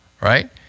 right